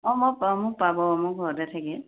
অঁ মই মোক পাব মই ঘৰতে থাকিল